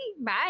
Bye